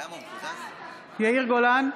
(קוראת בשמות חברי הכנסת) יאיר גולן,